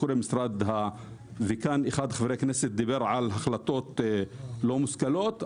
אחד מחברי הכנסת דיבר על החלטות לא מושכלות,